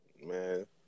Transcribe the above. Man